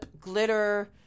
glitter